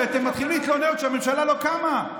הרי אתם מתחילים להתלונן כשהממשלה עוד לא קמה.